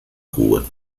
rua